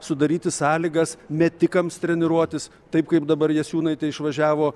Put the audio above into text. sudaryti sąlygas metikams treniruotis taip kaip dabar jasiūnaitė išvažiavo